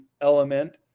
element